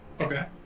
Okay